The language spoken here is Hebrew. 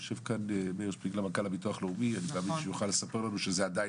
יושב כאן מאיר שפיגלר מנכ"ל הביטוח הלאומי והוא יוכל להעיד על כך.